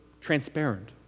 transparent